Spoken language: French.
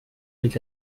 avec